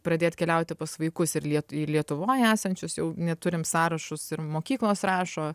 pradėt keliauti pas vaikus ir į lietuvoj esančius jau net turim sąrašus ir mokyklos rašo